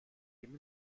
neben